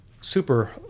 super